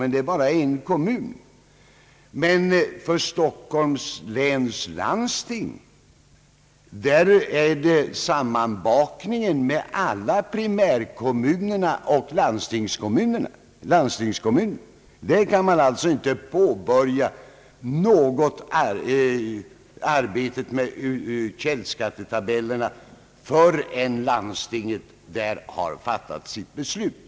Men i Stockholms läns landsting med dess sammanbakning med alla primärkommuner och landstingskommuner kan man inte påbörja arbetet med källskattetabellerna förrän landstinget har fattat sitt beslut.